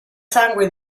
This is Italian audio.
sangue